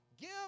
Give